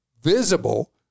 visible